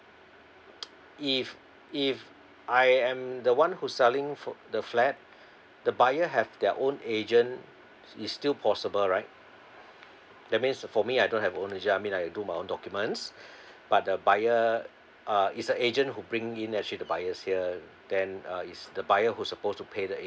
if if I I am the one who selling the flat the buyer have their own agent is still possible right that means for me I don't have own agent I mean I do my own documents but the buyer uh is a agent who bring in actually the buyers here then uh is the buyer who's supposed to pay the